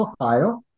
Ohio